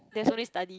there's only study